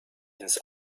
ins